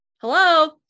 hello